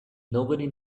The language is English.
nobody